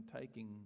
taking